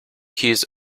keys